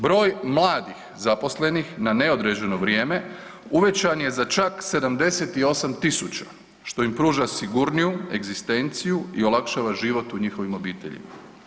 Broj mladih zaposlenih na neodređeno vrijeme uvećan je za čak 78.000 što im pruža sigurniju egzistenciju i olakšava život u njihovim obiteljima.